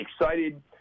excited